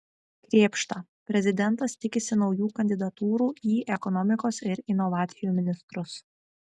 krėpšta prezidentas tikisi naujų kandidatūrų į ekonomikos ir inovacijų ministrus